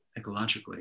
ecologically